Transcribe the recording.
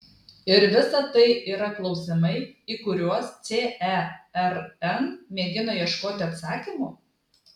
ir visa tai yra klausimai į kuriuos cern mėgina ieškoti atsakymų